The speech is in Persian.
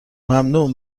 ممنون